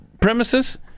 premises